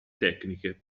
tecniche